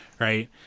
Right